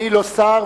אני לא שר,